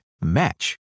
match